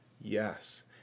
yes